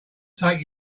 take